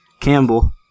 Campbell